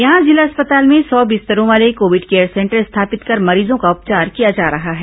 यहां जिला अस्पताल में सौ बिस्तरों वाले कोविड केयर सेंटर स्थापित कर मरीजों का उपचार किया जा रहा है